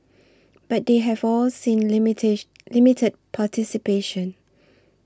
but they have all seen limited limited participation